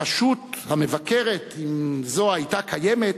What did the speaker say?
הרשות המבקרת, אם זו היתה קיימת,